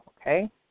okay